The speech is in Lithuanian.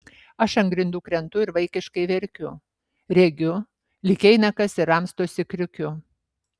aš ant grindų krentu ir vaikiškai verkiu regiu lyg eina kas ir ramstosi kriukiu